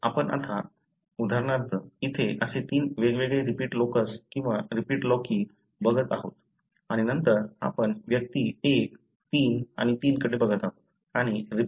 तर आपण आता उदाहरणार्थ इथे असे तीन वेग वेगळे रिपीट लोकस किंवा रिपीट लोकी बघत आहोत आणि नंतर आपण व्यक्ती 1 3 आणि 3 कडे बघत आहोत